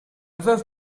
veuve